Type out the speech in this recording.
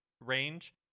range